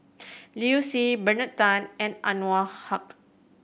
Liu Si Bernard Tan and Anwarul Haque